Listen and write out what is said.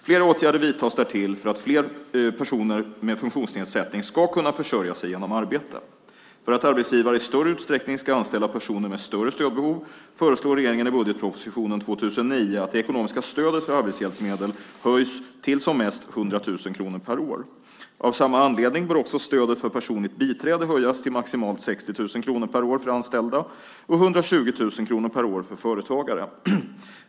Flera åtgärder vidtas därtill för att fler personer med funktionsnedsättning ska kunna försörja sig genom arbete. För att arbetsgivare i större utsträckning ska anställa personer med större stödbehov föreslår regeringen i budgetpropsitionen 2009 att det ekonomiska stödet för arbetshjälpmedel höjs till som mest 100 000 kronor per år. Av samma anledning bör också stödet för personligt biträde höjas till maximalt 60 000 kronor per år för anställda och 120 000 kronor per år för företagare.